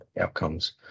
outcomes